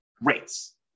rates